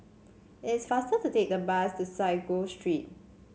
it's faster to take the bus to Sago Street